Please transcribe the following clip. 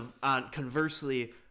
conversely